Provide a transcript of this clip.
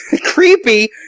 creepy